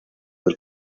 del